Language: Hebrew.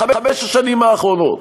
בחמש השנים האחרונות.